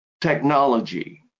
technology